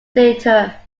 theatre